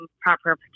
proper